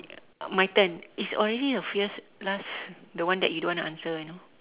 my turn it's already the few last the one that you don't want to answer one